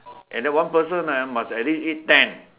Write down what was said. and then one person ah must at least eat ten